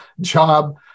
job